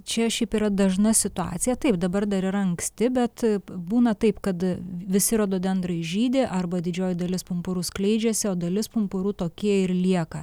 čia šiaip yra dažna situacija taip dabar dar ir anksti bet būna taip kad visi rododendrai žydi arba didžioji dalis pumpurų skleidžiasi o dalis pumpurų tokie ir lieka